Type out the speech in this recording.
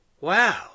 Wow